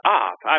off